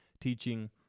teaching